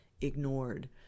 ignored